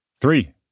Three